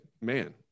man